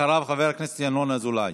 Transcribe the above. אחריו, חבר הכנסת ינון אזולאי.